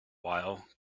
while